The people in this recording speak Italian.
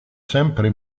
sempre